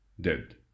dead